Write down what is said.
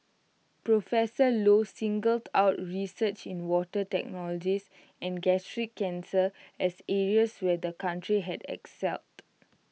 professor low singled out research in water technologies and gastric cancer as areas where the country had excelled